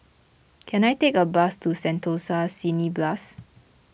can I take a bus to Sentosa Cineblast